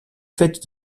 faite